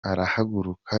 arahaguruka